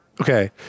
Okay